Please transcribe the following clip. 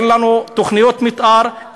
אין לנו תוכניות מתאר,